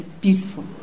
beautiful